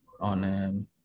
on